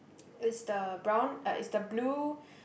is the brown uh is the blue